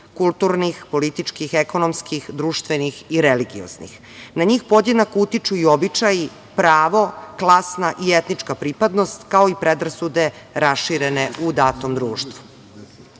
kulturnih, političkih, ekonomskih, društvenih i religioznih. Na njih podjednako utiču i običaji, pravo, klasna i etnička pripadnost, kao i predrasude raširene u datom društvu. Vratila